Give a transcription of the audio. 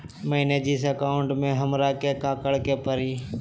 मैंने जिन अकाउंट में हमरा के काकड़ के परी?